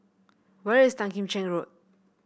where is Tan Kim Cheng Road